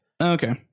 Okay